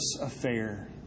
affair